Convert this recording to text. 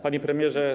Panie Premierze!